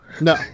No